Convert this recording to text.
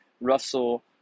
Russell